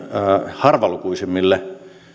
harvalukuisimmille